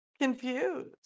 confused